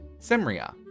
Simria